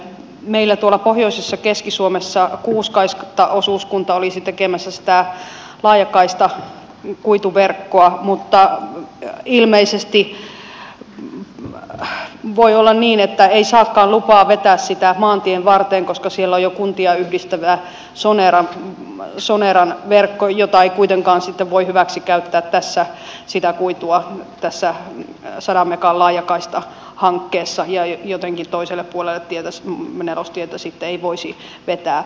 meillä tuolla pohjoisessa keski suomessa kuuskaista osuuskunta olisi tekemässä sitä laajakaistakuituverkkoa mutta ilmeisesti voi olla niin että ei saakaan lupaa vetää sitä maantien varteen koska siellä on jo kuntia yhdistävä soneran verkko jota ei kuitenkaan sitten voi hyväksi käyttää tässä sitä kuitua tässä sadan megan laajakaistahankkeessa ja jotenkin toiselle puolelle nelostietä sitten ei voisi vetää